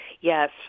yes